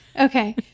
Okay